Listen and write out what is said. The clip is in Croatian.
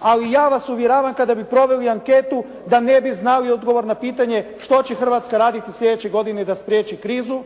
Ali ja vas uvjeravam kada bi proveli anketu da ne bi znali odgovor na pitanje što će Hrvatska raditi sljedeće godine da spriječi krizu,